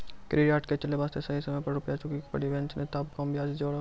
Credit card के चले वास्ते सही समय पर रुपिया चुके के पड़ी बेंच ने ताब कम ब्याज जोरब?